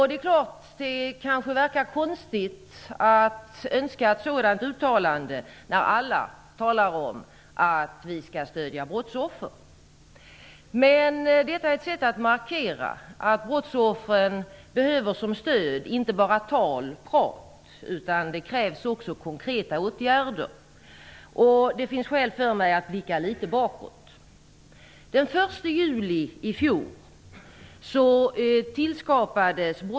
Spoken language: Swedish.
Det verkar kanske konstigt att önska ett sådant uttalande när alla talar om att vi skall stödja brottsoffren. Men det är ett sätt att markera att brottsoffren behöver som stöd inte bara tal utan också konkreta åtgärder. Det finns skäl för mig att blicka litet bakåt.